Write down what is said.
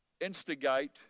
instigate